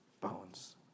bones